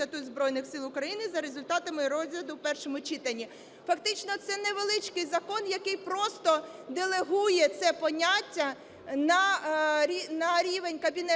статут Збройних Сил України" за результатами розгляду в першому читанні. Фактично це невеличкий закон, який просто делегує це поняття на рівень Кабінету